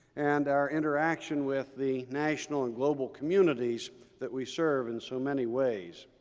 and our interaction with the national and global communities that we serve in so many ways.